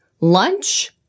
lunch